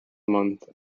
month